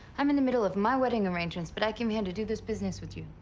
i'm in the middle of my wedding arrangements, but i came here to do this business with you.